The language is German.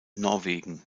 norwegen